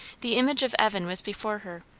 the image of evan was before her,